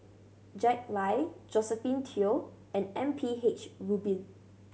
Jack Lai Josephine Teo and M P H Rubin